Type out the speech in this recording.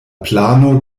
plano